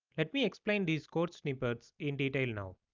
let me explain these code snippet in detail now.